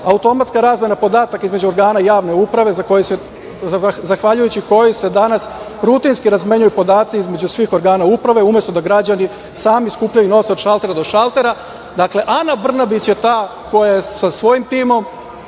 automatska razmena podataka između organa i javne uprave, zahvaljujući kojoj se danas rutinski razmenjuju podaci između svih organa uprave umesto da građani sami skupljaju i nose od šaltera do šaltera. Dakle, Ana Brnabić je ta koja je sa svojim timom